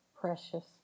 precious